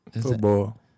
Football